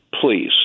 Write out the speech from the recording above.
please